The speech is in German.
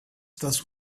das